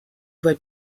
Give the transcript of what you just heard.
voie